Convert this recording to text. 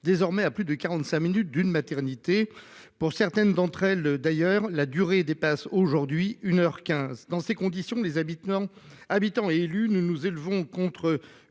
désormais à plus de 45 minutes d'une maternité pour certaines d'entre elles d'ailleurs la durée dépasse aujourd'hui 1h15 dans ces conditions les habitants. Habitants et élus, nous nous élevons contre